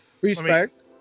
Respect